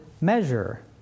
measure